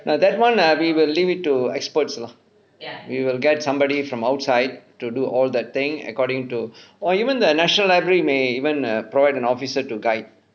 now that [one] ah we will leave it to experts lah we will get somebody from outside to do all that thing according to or even the national library may even err provide an officer to guide